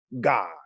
God